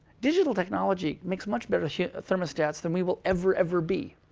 digital technology makes much better thermostats then we will ever, ever be.